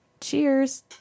cheers